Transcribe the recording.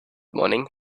morning